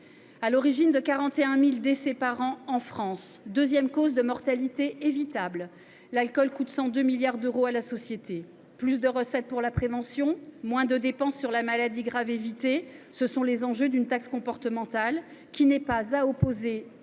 À l’origine de 41 000 décès par an en France, deuxième cause de mortalité évitable, l’alcool coûte 102 milliards d’euros par an à la société. Plus de recettes pour la prévention, moins de dépenses pour des maladies graves qui seront évitées : tels sont les enjeux de la taxe comportementale, qui ne doit pas être opposée